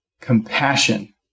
compassion